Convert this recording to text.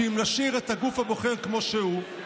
שאם היום נשאיר את הגוף הבוחר כמו שהוא,